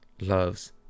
loves